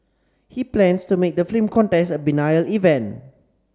he plans to make the film contest a biennial event